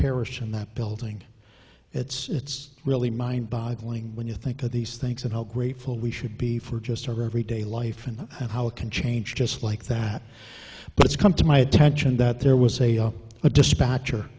perished in that building it's really mind boggling when you think of these things and how grateful we should be for just every day life and how it can change just like that but it's come to my attention that there was a dispatcher